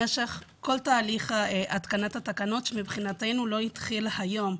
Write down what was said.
במשך כל תהליך התקנת התקנות שמבחינתנו לא התחיל היום.